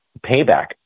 payback